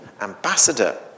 ambassador